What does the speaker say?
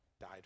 died